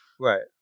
right